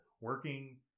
Working